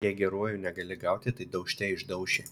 jei geruoju negali gauti tai daužte išdauši